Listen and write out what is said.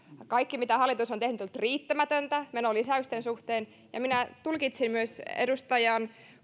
kaikki mitä hallitus on tehnyt on ollut riittämätöntä menolisäysten suhteen ja minä tulkitsin myös edustajan